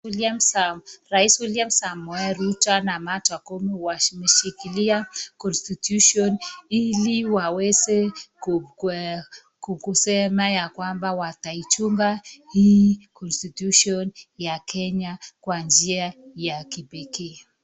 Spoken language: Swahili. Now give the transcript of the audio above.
Rais William Samoei Ruto na Martha Koome wameshikilia constitution ili waweze kukusema ya kwamba wataichunga hii constitution ya Kenya kwa njia ya kipekee.